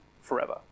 forever